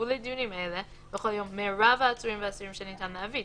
יובאו לדיונים אלה בכל יום מירב העצורים והאסירים שניתן להביא,